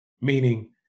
meaning